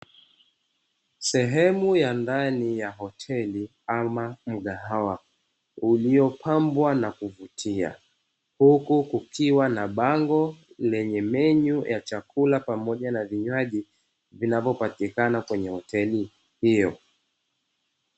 Sehemu ya ndani ya hoteli ama mgahawa uliyopambwa na kuvutia Huku kukiwa na bango lenye menyu ya chakula pamoja na vinywaji vinavyopatikana kwenye hoteli hiyo.